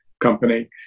company